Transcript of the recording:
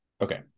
Okay